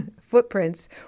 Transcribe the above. footprints